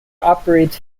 operates